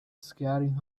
scaring